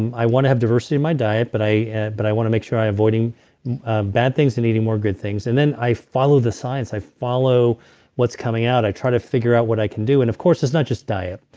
i want to have diversity in my diet but i but i want to make sure i'm avoiding bad things and eating more good things. and then i follow the science. i follow what's coming out. i try to figure out what i can do. and of course it's not just diet.